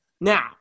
Now